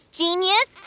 genius